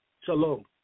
Shalom